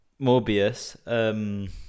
Morbius